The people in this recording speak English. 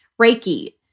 Reiki